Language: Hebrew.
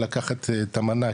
לקחת את המנה,